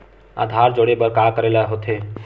आधार जोड़े बर का करे ला होथे?